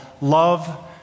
Love